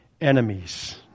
enemies